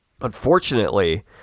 Unfortunately